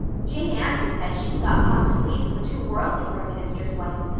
jane andrews said she thought puffed sleeves were too worldly for a minister's wife,